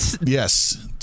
Yes